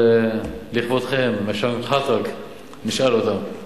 אבל לכבודכם, עַשַאן חַ'אטְרַכּ נשאל אותם.